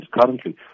currently